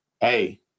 Hey